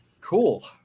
cool